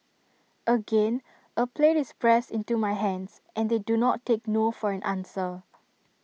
again A plate is pressed into my hands and they do not take no for an answer